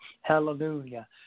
hallelujah